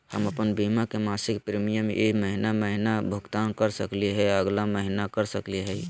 हम अप्पन बीमा के मासिक प्रीमियम ई महीना महिना भुगतान कर सकली हे, अगला महीना कर सकली हई?